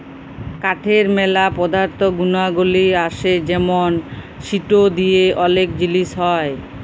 কাঠের ম্যালা পদার্থ গুনাগলি আসে যেমন সিটো দিয়ে ওলেক জিলিস হ্যয়